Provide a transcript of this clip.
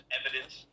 evidence